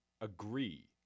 agree